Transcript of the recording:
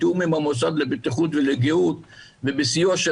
בתיאום עם המוסד לבטיחות וגהות ובסיוע של